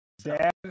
Dad